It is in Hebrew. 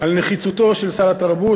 על נחיצותו של סל התרבות,